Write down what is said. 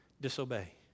disobey